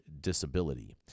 disability